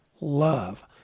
love